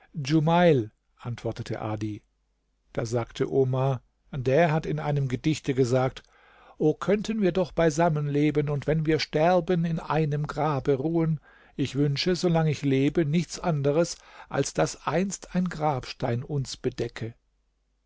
antwortete adi da sagte omar der hat in einem gedichte gesagt o könnten wir doch beisammen leben und wenn wir sterben in einem grabe ruhen ich wünsche solang ich lebe nichts anderes als daß einst ein grabstein uns bedecke